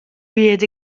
reared